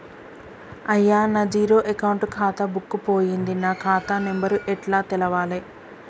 అయ్యా నా zero account ఖాతా బుక్కు పోయింది నా ఖాతా నెంబరు ఎట్ల తెలవాలే?